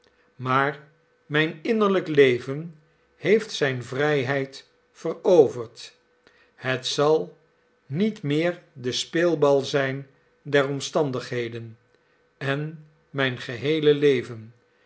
maar mijn innerlijk leven heeft zijn vrijheid veroverd het zal niet meer de speelbal zijn der omstandigheden en mijn geheele leven